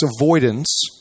avoidance